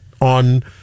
on